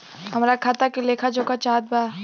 हमरा खाता के लेख जोखा चाहत बा?